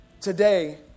Today